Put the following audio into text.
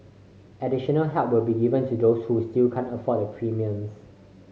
additional help will be given to those who still can't afford the premiums